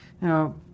Now